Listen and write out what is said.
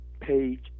Page